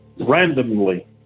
randomly